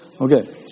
Okay